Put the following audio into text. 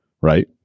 right